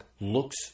looks